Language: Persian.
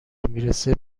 میرسه